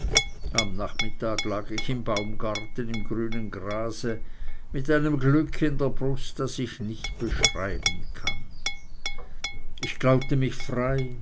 am nachmittag lag ich im baumgarten im grünen grase mit einem glück in der brust das ich nicht beschreiben kann ich glaubte mich frei